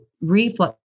reflux